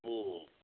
ହୁଁ